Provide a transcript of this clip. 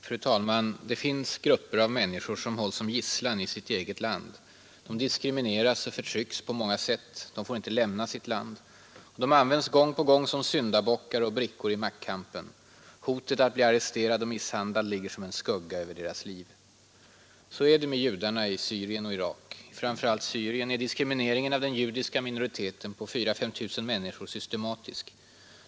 Fru talman! Det finns grupper av människor som hålls som gisslan i sitt eget land. De diskrimineras och förtrycks på många sätt. De får inte lämna sitt land. De används gång på gång som syndabockar och brickor i maktkampen. Hotet att bli arresterad och misshandlad ligger som en skugga över deras liv. Så är det med judarna i Syrien och Irak. I framför allt Syrien är diskrimineringen av den judiska minoriteten på 4 000—5 000 människor systematisk.